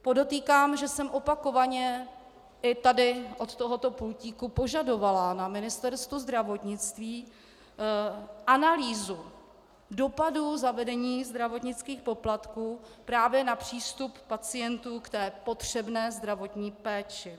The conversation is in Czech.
Podotýkám, že jsem opakovaně i tady od tohoto pultíku požadovala na Ministerstvu zdravotnictví analýzu dopadů zavedení zdravotnických poplatků právě na přístup pacientů k potřebné zdravotní péči.